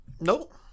Nope